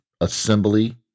assembly